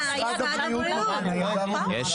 משרד הבריאות נותן.